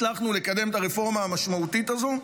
הצלחנו לקדם את הרפורמה המשמעותית הזו,